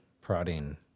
prodding